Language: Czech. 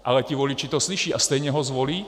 Ale ti voliči to slyší a stejně ho zvolí?